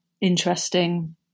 interesting